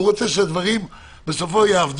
הוא רוצה שהדברים יעבדו.